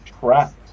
trapped